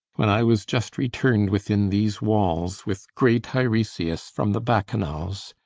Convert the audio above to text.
when i was just returned within these walls, with grey teiresias, from the bacchanals.